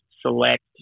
select